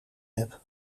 heb